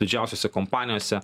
didžiausiose kompanijose